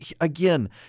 again